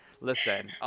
Listen